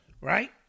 Right